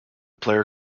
player